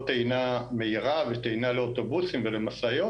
טעינה מהירה וטעינה לאוטובוסים ולמשאיות,